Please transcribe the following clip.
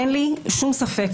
אין לי שום ספק,